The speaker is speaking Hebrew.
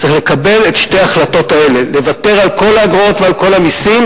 צריך לקבל את שתי ההחלטות האלה: לוותר על כל האגרות ועל כל המסים,